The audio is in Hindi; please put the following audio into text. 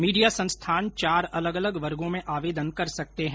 मीडिया संस्थान चार अलग अलग वर्गो में आवेदन कर सकते हैं